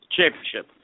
Championship